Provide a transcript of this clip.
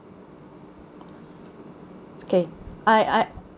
it's okay I I